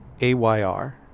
AYR